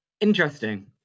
interesting